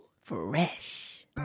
fresh